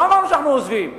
לא אמרנו שאנחנו עוזבים.